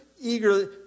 eagerly